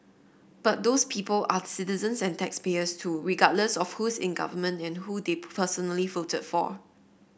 but those people are citizens and taxpayers too regardless of who's in government and who they personally voted for